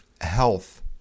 health